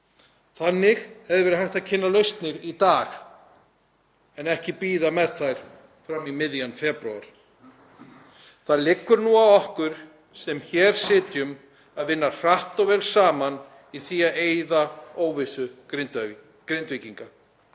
Þannig hefði verið hægt að kynna lausnir í dag en ekki bíða með þær fram í miðjan febrúar. Það liggur nú á okkur sem hér sitjum að vinna hratt og vel saman í því að eyða óvissu Grindvíkinga,